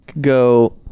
Go